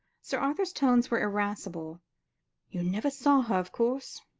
sir arthur's tones were irascible you never saw her, of course?